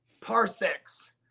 parsecs